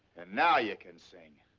now, you can sing.